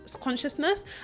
consciousness